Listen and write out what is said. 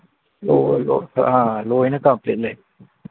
ꯑ ꯂꯣꯏꯅ ꯀꯝꯄ꯭ꯂꯤꯠꯂꯤ